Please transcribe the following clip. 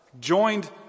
joined